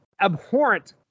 abhorrent